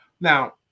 Now